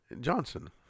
Johnson